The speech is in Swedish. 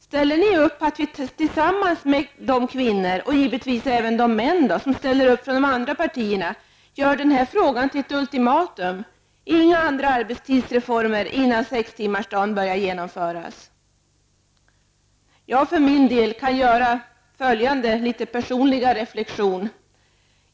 Ställer ni er bakom kravet på att vi, tillsammans med de kvinnor och män från de andra partierna som ställer upp, gör denna fråga till ett ultimatum -- inga andra arbetstidsreformer innan sextimmarsdagen börjar genomföras? Jag för min del kan göra följande personliga reflexion.